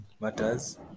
matters